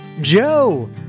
Joe